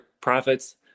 profits